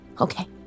Okay